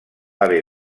haver